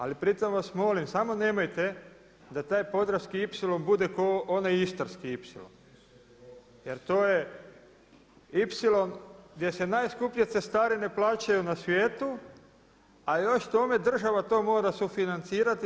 Ali pri tome vas molim samo nemojte da taj podravski ipsilon bude kao onaj istarski ipsilon jer to je ipsilon gdje se najskuplje cestarine plaćaju na svijetu a još k tome država to mora sufinancirati.